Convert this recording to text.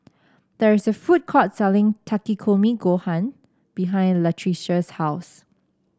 there is a food court selling Takikomi Gohan behind Latricia's house